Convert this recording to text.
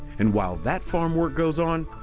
and while that farm work goes on,